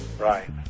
Right